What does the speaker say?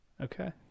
Okay